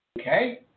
Okay